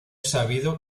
sabido